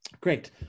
Great